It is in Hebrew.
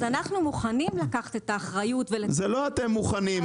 אז אנחנו מוכנים לקחת את האחריות -- זה לא אתם מוכנים,